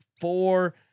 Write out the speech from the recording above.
four